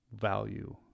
value